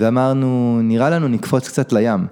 ואמרנו, נראה לנו נקפוץ קצת לים.